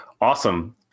Awesome